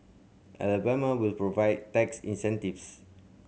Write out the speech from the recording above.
Alabama will provide tax incentives